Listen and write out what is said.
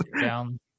down